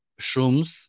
shrooms